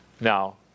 Now